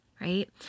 right